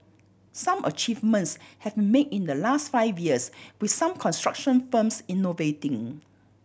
some achievements have made in the last five years with some construction firms innovating